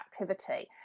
activity